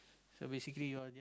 so basically